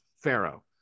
Pharaoh